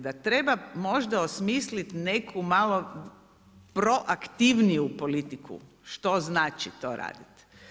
Da treba možda osmisliti neku malo proaktivniju politiku, što znači to radit?